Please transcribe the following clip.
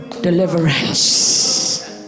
deliverance